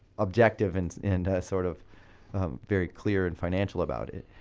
objective and and sort of very clear and financial about it.